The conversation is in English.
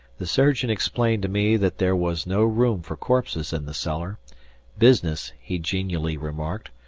the surgeon explained to me that there was no room for corpses in the cellar business, he genially remarked,